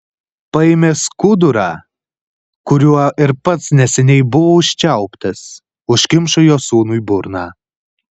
paėmė skudurą kuriuo ir pats neseniai buvo užčiauptas užkimšo juo sūnui burną